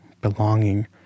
belonging